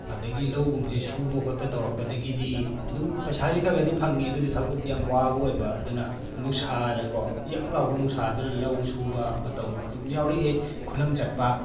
ꯑꯗꯨꯗꯒꯤ ꯂꯧꯒꯨꯝꯕꯁꯦ ꯁꯨꯕ ꯈꯣꯠꯄ ꯇꯧꯔꯛꯄꯗꯒꯤꯗꯤ ꯑꯗꯨꯝ ꯄꯩꯁꯥꯁꯦ ꯈꯔ ꯈꯔꯗꯤ ꯐꯪꯉꯦ ꯑꯗꯨ ꯑꯣꯏꯁꯨ ꯊꯕꯛꯇꯤ ꯌꯥꯝ ꯋꯥꯕ ꯑꯣꯏꯕ ꯑꯗꯨꯅ ꯅꯨꯡꯁꯥꯗꯀꯣ ꯌꯛ ꯂꯥꯎꯕ ꯅꯨꯡꯁꯥꯗꯨꯗ ꯂꯧ ꯁꯨꯕ ꯑꯃ ꯇꯧꯕ ꯑꯗꯨꯝ ꯌꯥꯎꯔꯛꯑꯦ ꯈꯨꯂꯪ ꯆꯠꯄ